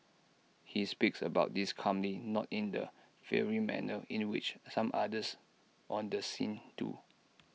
he speaks about this calmly not in the fiery manner in which some others on the scene do